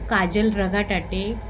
Kajal रघाटाटे